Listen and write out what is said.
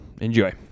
enjoy